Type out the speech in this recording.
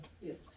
Yes